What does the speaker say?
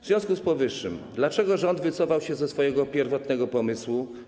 W związku z powyższym dlaczego rząd wycofał się ze swojego pierwotnego pomysłu?